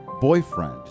boyfriend